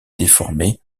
déformés